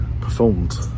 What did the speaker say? performed